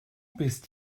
bist